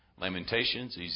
Lamentations